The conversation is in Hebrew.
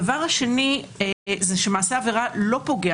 הדבר השני זה שמעשה העבירה לא פוגע